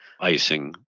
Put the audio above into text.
icing